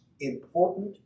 important